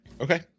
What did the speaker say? Okay